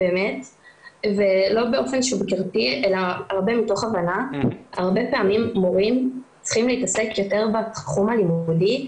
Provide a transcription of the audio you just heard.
הרבה מתוך הבנה הרבה פעמים מורים צריכים להתעסק יותר בתחום הלימודי,